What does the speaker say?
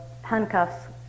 handcuffs